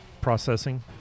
processing